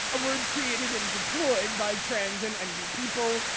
a word created and deployed by trans and nb people,